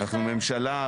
אנחנו ממשלה.